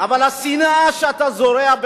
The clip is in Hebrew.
אבל השנאה שאתה זורע,